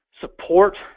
support